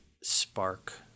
spark